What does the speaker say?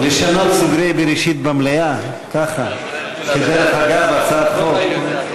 לשנות סדרי בראשית במליאה, ככה, אגב הצעת חוק?